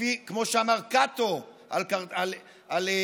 כמו שאמר קאטו על קרתגו: